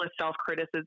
self-criticism